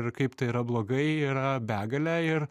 ir kaip tai yra blogai yra begalė ir